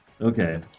Okay